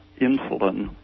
insulin